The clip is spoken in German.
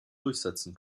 durchsetzen